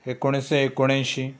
एकोणिशें एकूण अंयशीं